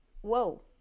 whoa